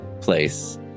place